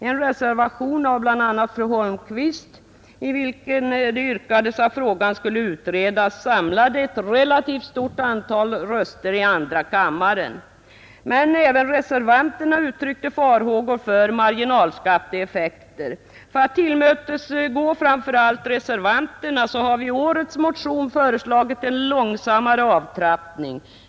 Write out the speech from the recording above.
En reservation av bl.a. fru Holmqvist, i vilken det yrkades att frågan skulle utredas, samlade ett relativt stort antal röster i andra kammaren. Men även reservanterna uttryckte farhågor för marginalskatteeffekter. För att tillmötesgå framför allt reservanterna har vi i årets motion föreslagit en långsammare avtrappning.